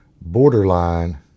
Borderline